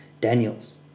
Daniels